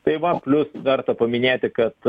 tai va plius verta paminėti kad